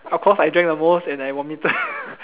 of course I drank the most and I vomited